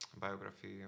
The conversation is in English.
biography